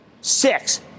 Six